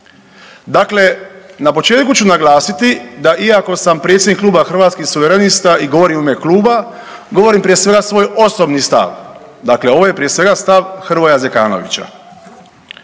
Dakle, na početku ću naglasiti da iako sam predsjednik Kluba Hrvatskih suverenista i govorim u ime kluba, govorim prije svega svoj osobni stav. Dakle, ovo je prije svega stav Hrvoja Zekanovića.